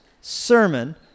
sermon